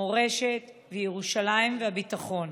מורשת, ירושלים והביטחון.